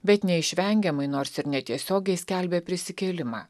bet neišvengiamai nors ir netiesiogiai skelbia prisikėlimą